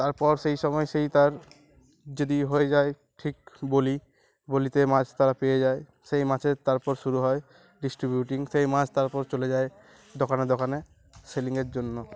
তারপর সেই সময় সেই তার যদি হয়ে যায় ঠিক বলি বলিতে মাছ তারা পেয়ে যায় সেই মাছের তারপর শুরু হয় ডিস্ট্রিবিউটিং সেই মাছ তারপর চলে যায় দোকানে দোকানে সেলিংয়ের জন্য